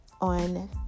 on